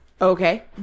Okay